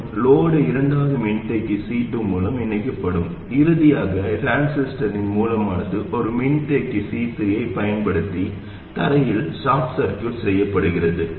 மற்றும் லோடு இரண்டாவது மின்தேக்கி C2 மூலம் இணைக்கப்படும் இறுதியாக டிரான்சிஸ்டரின் மூலமானது ஒரு மின்தேக்கி C3 ஐப் பயன்படுத்தி தரையில் ஷார்ட் சர்கியூட் செய்யப்படுகிறது